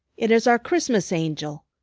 it is our christmas angel.